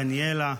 דניאלה,